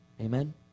Amen